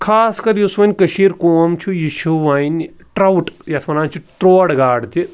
خاص کَر یُس وۄنۍ کٔشیٖر قوم چھُ یہِ چھُ وۄنۍ ٹرٛاوُٹ یَتھ وَنان چھِ ترٛوڈ گاڈٕ تہِ